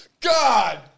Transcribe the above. God